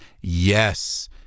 yes